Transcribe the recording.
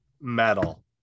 metal